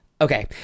Okay